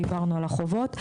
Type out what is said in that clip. דיברנו על החובות.